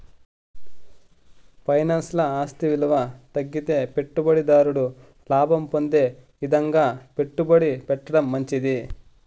ఫైనాన్స్ల ఆస్తి ఇలువ తగ్గితే పెట్టుబడి దారుడు లాభం పొందే ఇదంగా పెట్టుబడి పెట్టడం మంచిది